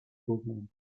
program